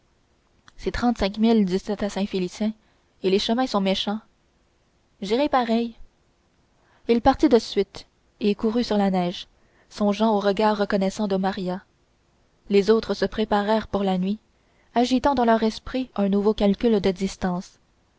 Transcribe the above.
milles d'icitte à saint félicien et les chemins sont méchants j'irai pareil il partit de suite et courut sur la neige songeant au regard reconnaissant de maria les autres se préparèrent pour la nuit agitant dans leur esprit un nouveau calcul de distance